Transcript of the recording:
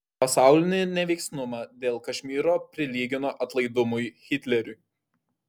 pasaulinį neveiksnumą dėl kašmyro prilygino atlaidumui hitleriui